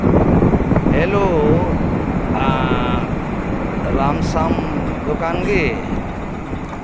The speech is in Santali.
ᱦᱮᱞᱳ ᱨᱟᱢ ᱥᱟᱢ ᱫᱚᱠᱟᱱ ᱜᱮ